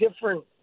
different